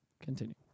Continue